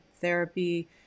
therapy